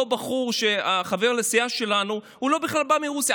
אותו בחור, חבר לסיעה שלנו, בכלל לא בא מרוסיה.